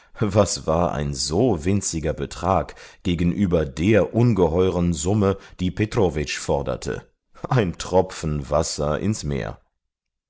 was war ein so winziger betrag gegenüber der ungeheuren summe die petrowitsch forderte ein tropfen wasser ins meer